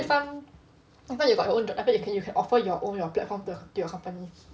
next time next time you got your own job you can offer your own your platform to your company